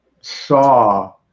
saw